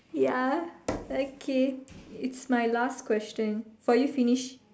ya okay it's my last question for you finish